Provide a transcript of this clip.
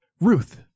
Ruth